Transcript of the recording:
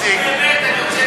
אני רוצה